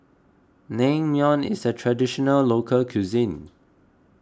Naengmyeon is a Traditional Local Cuisine